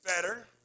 better